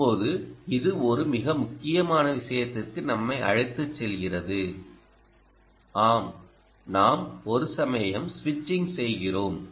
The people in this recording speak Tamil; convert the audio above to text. இப்போது இது ஒரு மிக முக்கியமான விஷயத்திற்கு நம்மை அழைத்துச் செல்கிறது ஆம் நாம் ஒரு சமயம் சுவிட்சிங் செய்கிறோம்